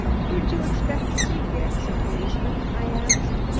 who'd you expect to see, wicks, a policeman? i asked.